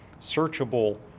searchable